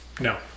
No